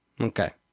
Okay